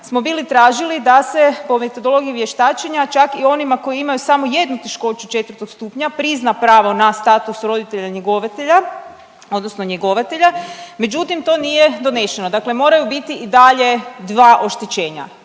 smo bili tražili da se po metodologiji vještačenja čak i onima koji imaju samo jednu teškoću 4. stupnja prizna pravo na status roditelja njegovatelja odnosno njegovatelja, međutim to nije donešeno, dakle moraju biti i dalje dva oštećenja,